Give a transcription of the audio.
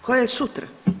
Koja je sutra?